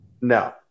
No